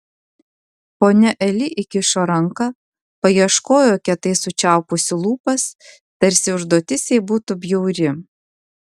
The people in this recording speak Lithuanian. ponia eli įkišo ranką paieškojo kietai sučiaupusi lūpas tarsi užduotis jai būtų bjauri